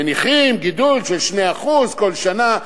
מניחים גידול של 2% כל שנה.